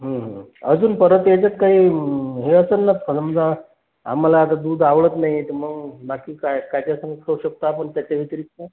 हं हं अजून परत ह्याच्यात काही हे असंन ना समजा आम्हाला आता दूध आवडत नाही तर मग बाकी काय काय त्याच्यासंगं खाऊ शकतो आपण त्याच्या व्यतिरिक्त